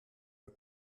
der